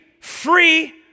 free